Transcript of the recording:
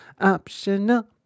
optional